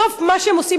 בסוף מה שהם עושים,